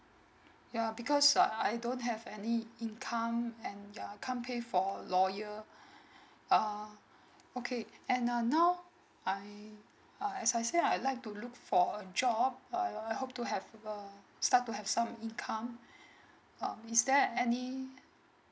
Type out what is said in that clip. yeah because uh I don't have any income and yeah can't pay for lawyer uh okay and uh now I uh as I say I like to look for a job uh I hope to have um start to have some income um is there any